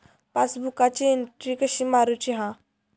पासबुकाची एन्ट्री कशी मारुची हा?